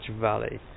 valley